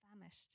famished